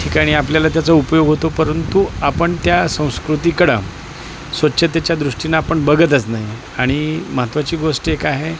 ठिकाणी आपल्याला त्याचा उपयोग होतो परंतु आपण त्या संस्कृतीकडं स्वच्छतेच्या दृष्टींनं आपण बघतच नाही आणि महत्त्वाची गोष्ट एक आहे